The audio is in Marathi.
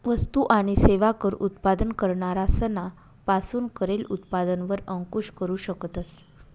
वस्तु आणि सेवा कर उत्पादन करणारा सना पासून करेल उत्पादन वर अंकूश करू शकतस